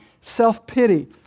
Self-pity